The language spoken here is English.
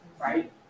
right